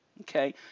okay